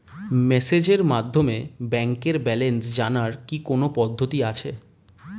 মেসেজের মাধ্যমে ব্যাংকের ব্যালেন্স জানার কি কোন পদ্ধতি আছে?